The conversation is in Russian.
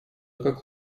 как